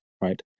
right